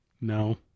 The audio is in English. No